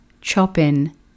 Chopin